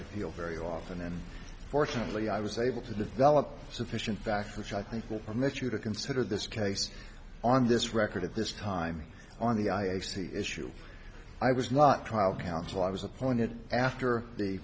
appeal very often and fortunately i was able to develop sufficient facts which i think will permit you to consider this case on this record at this time on the i f c issue i was not trial counsel i was appointed after the